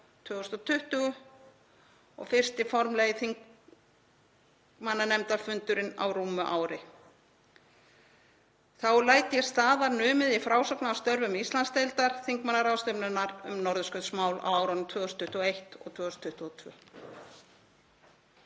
2020 og fyrsti formlegi þingmannanefndarfundurinn á rúmu ári. Þá læt ég staðar numið í frásögn af störfum Íslandsdeildar þingmannaráðstefnunnar um norðurskautsmál á árunum 2021 og 2022.